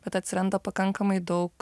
kad atsiranda pakankamai daug